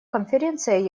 конференция